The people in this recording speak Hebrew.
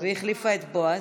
והיא החליפה את בועז.